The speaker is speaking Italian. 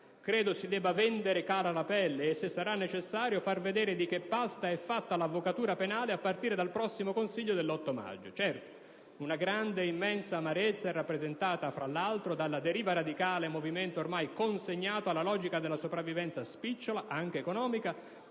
Credo si debba vendere cara la pelle e, se sarà necessario, far vedere di che pasta è fatta l'avvocatura penale a partire dal prossimo Consiglio dell'8 maggio. Certo, una grande, immensa amarezza è rappresentata tra l'altro dalla deriva radicale, movimento ormai consegnato alla logica della sopravvivenza spicciola, anche economica,